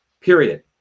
period